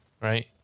Right